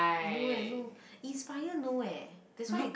no eh no inspire no eh that's why